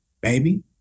baby